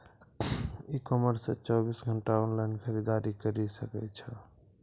ई commerce से चौबीस घंटा ऑनलाइन खरीदारी करी सकै छो